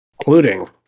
including